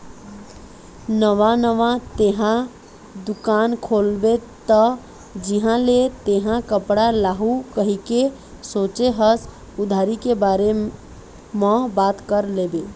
नवा नवा तेंहा दुकान खोलबे त जिहाँ ले तेंहा कपड़ा लाहू कहिके सोचें हस उधारी के बारे म बात कर लेबे